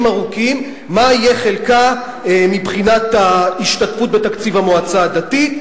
ארוכים מה יהיה חלקה מבחינת ההשתתפות בתקציב המועצה הדתית,